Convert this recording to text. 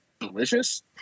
Delicious